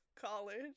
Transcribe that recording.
college